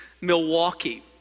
Milwaukee